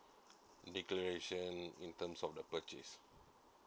declaration in terms of the purchase